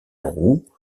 roux